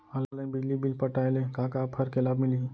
Online बिजली bill पटाय ले का का ऑफ़र के लाभ मिलही?